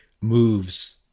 moves